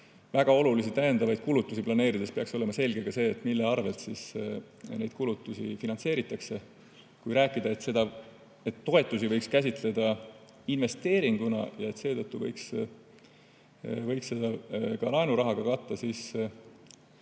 väga olulisi täiendavaid kulutusi planeerides peaks olema selge ka see, mis allikast neid kulutusi finantseeritakse. Kui rääkida, et toetusi võiks käsitleda investeeringuna ja seetõttu võiks neid ka laenurahaga katta, siis